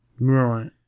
Right